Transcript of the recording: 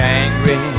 angry